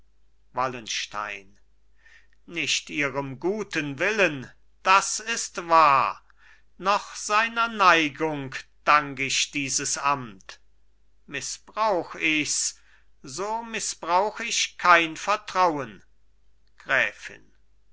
wallenstein nicht ihrem guten willen das ist wahr noch seiner neigung dank ich dieses amt mißbrauch ichs so mißbrauch ich kein vertrauen gräfin